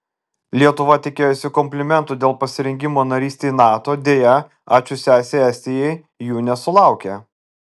lietuva tikėjosi komplimentų dėl pasirengimo narystei nato deja ačiū sesei estijai jų nesulaukė